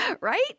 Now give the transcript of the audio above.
right